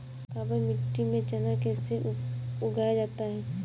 काबर मिट्टी में चना कैसे उगाया जाता है?